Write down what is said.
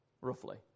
roughly